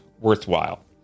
worthwhile